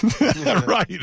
Right